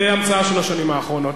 זו המצאה של השנים האחרונות.